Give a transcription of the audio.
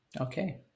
Okay